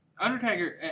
Undertaker